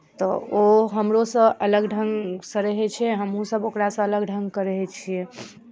तऽ ओ हमरोसँ अलग ढङ्गसँ रहै छै हमहूँसभ ओकरासँ अलग ढङ्गके रहै छियै